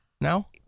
now